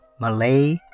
Malay